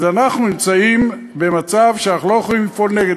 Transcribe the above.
אז אנחנו נמצאים במצב שאנחנו לא יכולים לפעול נגד,